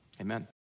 amen